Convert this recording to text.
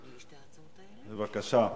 בבקשה.